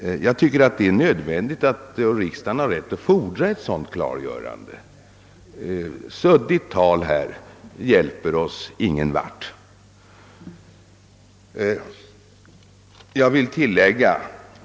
Jag tycker att det är nödvändigt att lämna ett sådant klargörande, och riksdagen har rätt att fordra det. Suddigt tal hjälper oss härvidlag ingen vart.